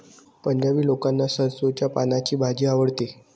पंजाबी लोकांना सरसोंच्या पानांची भाजी आवडते